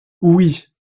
oui